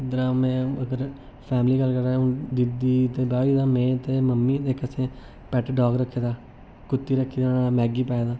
इद्धरा में उद्धर फैमली दी गल्ल करां हून दीदी दा ब्याह् होई गेदा में ते मम्मी ते इक असें पैट्ट डाग रक्खे दा कुत्ती रक्खी दी ओह्दा नांऽ मैगी पाए दा